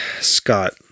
Scott